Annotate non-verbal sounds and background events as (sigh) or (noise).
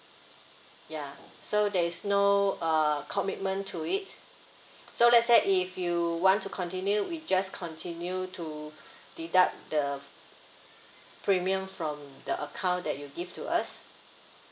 ya so there is no uh commitment to it so let's say if you want to continue we just continue to (breath) deduct the premium from the account that you give to us